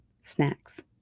snacks